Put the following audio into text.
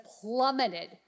plummeted